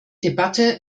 debatte